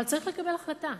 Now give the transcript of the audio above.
אבל צריך לקבל החלטה.